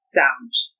sound